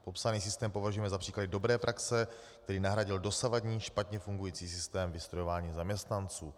Popsaný systém považujeme za příklad dobré praxe, který nahradil dosavadní, špatně fungující systém vystrojování zaměstnanců.